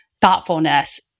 thoughtfulness